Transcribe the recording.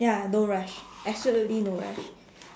ya don't rush absolutely no rush